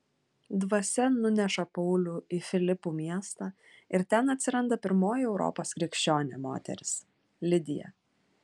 dvasia nuneša paulių į filipų miestą ir ten atsiranda pirmoji europos krikščionė moteris lidija